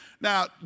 now